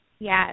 Yes